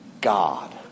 God